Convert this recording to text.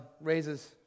raises